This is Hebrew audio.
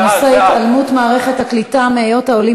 הצעה לסדר-היום בנושא: התעלמות מערכת הקליטה מהיות העולים